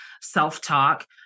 self-talk